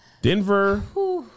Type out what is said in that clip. Denver